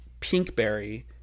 Pinkberry